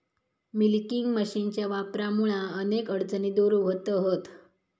milking मशीनच्या वापरामुळा अनेक अडचणी दूर व्हतहत